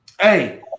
hey